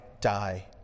die